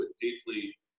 deeply